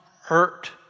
hurt